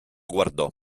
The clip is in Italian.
guardò